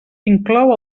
inclou